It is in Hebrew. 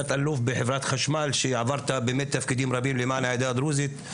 תת אלוף בחברת חשמל שעברת באמת תפקידים רבים למען העדה הדרוזית.